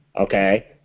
okay